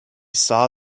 saw